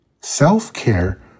Self-care